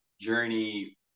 journey